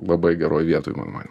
labai geroj vietoj mano manymu